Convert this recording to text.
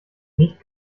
nicht